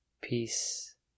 peace